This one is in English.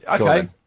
Okay